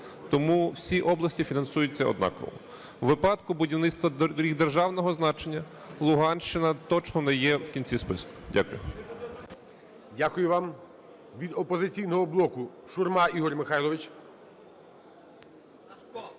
Тому всі області фінансуються однаково. У випадку будівництва доріг державного значення Луганщина точно не є в кінці списку. Дякую. ГОЛОВУЮЧИЙ. Дякую вам. Від "Опозиційного блоку" Шурма Ігор Михайлович.